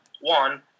one